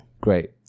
Great